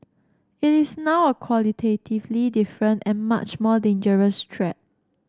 it is now a qualitatively different and much more dangerous threat